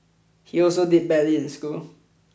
he also did badly in school